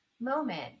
moment